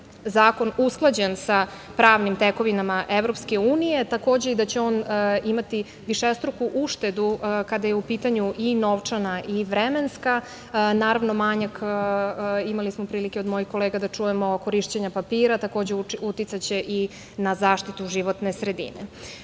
zakon usklađen sa pravnim tekovinama EU, takođe i da će on imati višestruku uštedu kada je u pitanju i novčana i vremenska. Naravno, imali smo prilike od mojih kolega da čujemo, manjak korišćenja papira, takođe, uticaće i na zaštitu životne sredine. Da